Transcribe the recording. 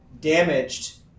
damaged